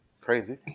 Crazy